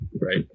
Right